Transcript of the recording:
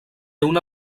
una